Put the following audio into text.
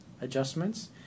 Adjustments